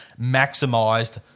maximized